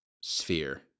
sphere